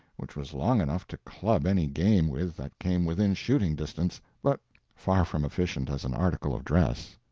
which was long enough to club any game with that came within shooting distance, but far from efficient as an article of dress.